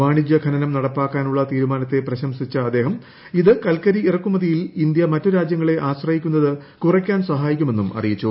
വാണിജൃ ഖനനം നടപ്പാക്കാനുള്ള തീരുമാനത്തെ പ്രശംസിച്ച അദ്ദേഹം ഇത് കൽക്കരി ഇറക്കുമതിയിൽ ഇന്ത്യ മറ്റ് രാജൃങ്ങളെ ആശ്രയിക്കുന്നത് കുറയ്ക്കാൻ സഹായിക്കുമെന്നും അറിയിച്ചു